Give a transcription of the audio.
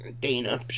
Dana